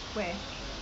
where